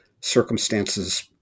circumstances